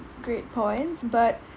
great points but